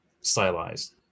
stylized